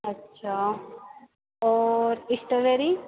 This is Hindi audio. अच्छा और इस्टाबेरी